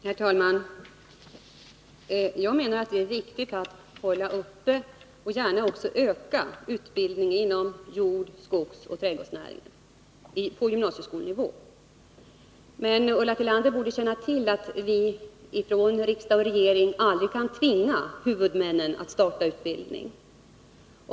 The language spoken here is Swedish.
Herr talman! Det är viktigt att upprätthålla och gärna också öka utbildningen på gymnasieskolnivå när det gäller sektorn jord, skog och trädgård. Men Ulla Tillander borde känna till att riksdag och regering aldrig an tvinga huvudmännen att starta utbildning.